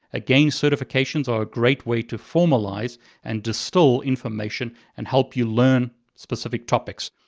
again, certifications are a great way to formalize and distill information, and help you learn specific topics.